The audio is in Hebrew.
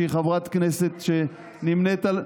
שהיא חברת כנסת שנמנית עם,